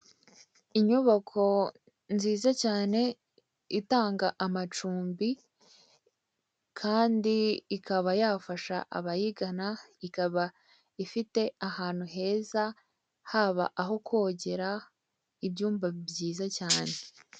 Inyubako nziza cyane itanga amacumbi kandi ikaba yafasha abayigana ikaba ifite ahantu heza haba aho kogera ibyumba byiza cyane.